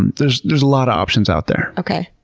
and there's there's a lot of options out there. okay.